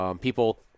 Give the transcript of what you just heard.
people